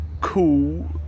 cool